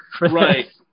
Right